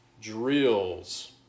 drills